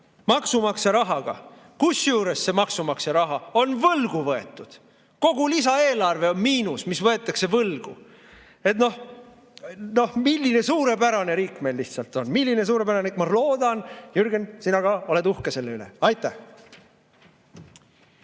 maksumaksja rahaga, kusjuures see maksumaksja raha on võlgu võetud. Kogu lisaeelarve on miinus, mis võetakse võlgu. Milline suurepärane riik meil lihtsalt on! Milline suurepärane! Ma loodan, Jürgen, et sina ka oled uhke selle üle. Aitäh!